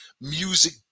music